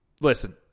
listen –